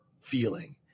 feeling